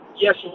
yes